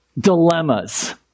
dilemmas